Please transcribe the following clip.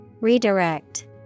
Redirect